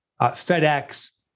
FedEx